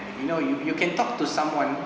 you know you you can talk to someone